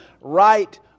right